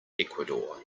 ecuador